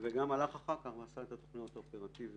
וגם הלך אחר כך ועשה את התוכניות האופרטיביות.